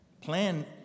plan